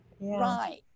Right